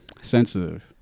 sensitive